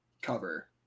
cover